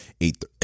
eight